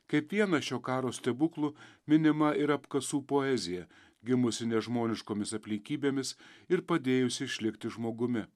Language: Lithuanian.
kaip vienas šio karo stebuklų minima ir apkasų poezija gimusi nežmoniškomis aplinkybėmis ir padėjusi išlikti žmogumi